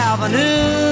Avenue